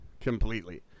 Completely